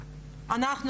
האלה,